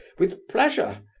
with pleasure.